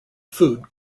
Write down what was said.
food